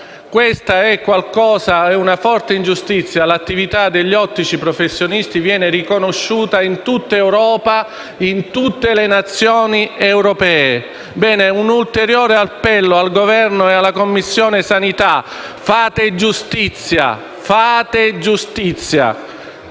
Questa è una forte ingiustizia; l'attività degli ottici professionisti viene riconosciuta in tutte le Nazioni europee. Bene, rivolgo un'ulteriore appello al Governo e alla Commissione igiene e sanità: fate giustizia, fate giustizia!